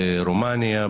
ברומניה,